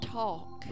talk